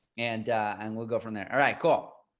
and and we'll go from there. all right, cool.